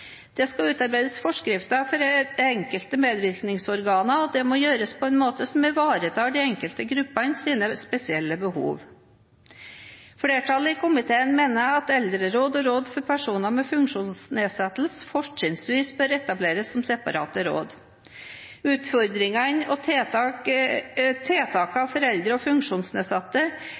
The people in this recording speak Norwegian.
Det skal utarbeides forskrifter for de enkelte medvirkningsorganene, og det må gjøres på en måte som ivaretar de enkelte gruppenes spesielle behov. Flertallet i komiteen mener at eldreråd og råd for personer med funksjonsnedsettelse fortrinnsvis bør etableres som separate råd. Utfordringene og tiltakene for eldre og funksjonsnedsatte